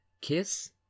Kiss